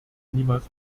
niemals